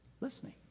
listening